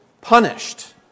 punished